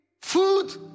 food